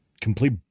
complete